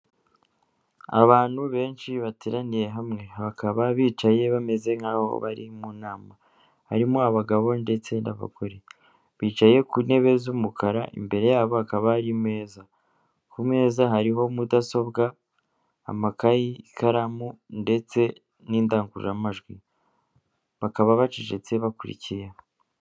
Abantu benshi bateraniye hamwe aha bakaba bicaye bameze nk'aho bari mu nama, harimo abagabo ndetse n'abagore, bicaye ku ntebe z'umukara, imbere yabo hakaba hari imeza ku meza hariho mudasobwa, amakayi, ikaramu ndetse n'indangururamajwi, bakaba bacecetse bakurikiye.